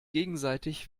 gegenseitig